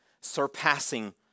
surpassing